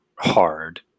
hard